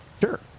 Sure